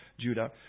Judah